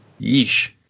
Yeesh